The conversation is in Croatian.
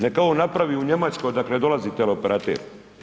Neka ovo napravi u Njemačkoj odakle dolazi teleoperater.